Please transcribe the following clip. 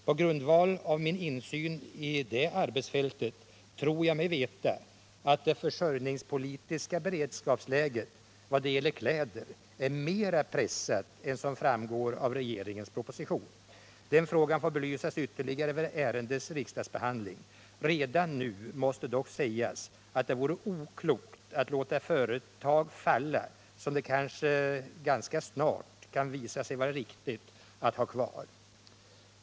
På grundval av min insyn i det arbetsfältet tror jag mig veta att det försörjningspolitiska beredskapsläget, i vad det gäller kläder, är mera pressat än som framgår av regeringens proposition. Den frågan får belysas ytterligare vid ärendets riksdagsbehandling. Redan nu måste dock sägas att det vore oklokt att låta företag falla, som det kanske ganska snart kan visa sig riktigt att ha kvar.